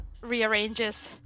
rearranges